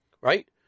Right